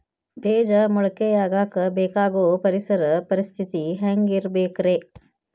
ಬೇಜ ಮೊಳಕೆಯಾಗಕ ಬೇಕಾಗೋ ಪರಿಸರ ಪರಿಸ್ಥಿತಿ ಹ್ಯಾಂಗಿರಬೇಕರೇ?